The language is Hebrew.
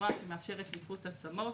שמאפשרת ליקוט עצמות.